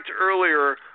earlier